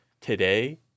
today